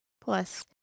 Plus